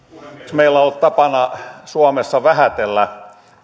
meillä on ollut tapana suomessa vähätellä